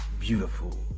beautiful